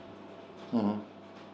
mm hmm